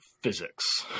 physics